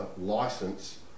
license